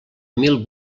mil